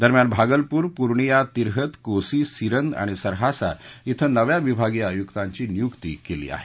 दरम्यान भागलपूर पूर्णिया तिरहत कोसी सरन आणि सहरासा इथं नव्या विभागीय आयुकांची नियुक्ती केली आहे